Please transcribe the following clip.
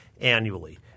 annually